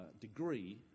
degree